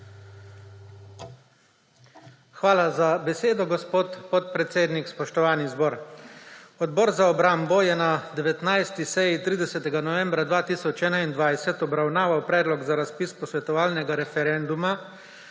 Hvala za besedo, gospod podpredsednik. Spoštovani zbor! Odbor za obrambo je na 19. seji 30. novembra 2021 obravnaval Predlog za razpis posvetovalnega referenduma